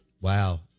Wow